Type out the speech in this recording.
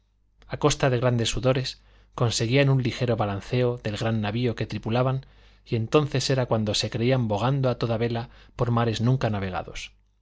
a costa de grandes sudores conseguían un ligero balanceo del gran navío que tripulaban y entonces era cuando se creían bogando a toda vela por mares nunca navegados